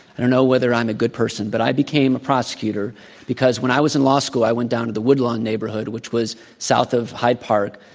i don't know whether i'm a good person, but i became a prosecutor because when i was in law school i went down to the woodlawn neighborhood, which was south of hyde park,